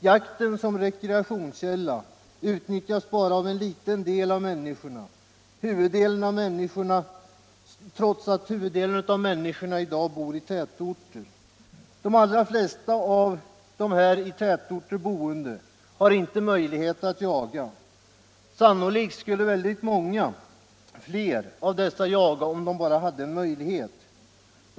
Jakten som rekreationskälla utnyttjas bara av en liten del av befolkningen. Huvuddelen av befolkningen bor i dag i tätorter, och de allra flesta av dem som bor i tätorter har inte möjlighet att jaga. Sannolikt skulle många fler av dem jaga om de hade möjlighet.